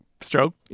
stroke